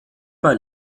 bei